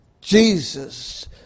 Jesus